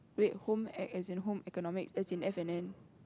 wait home ec as in home economics as in F-and-N